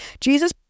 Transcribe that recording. Jesus